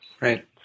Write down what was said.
Right